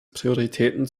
prioritäten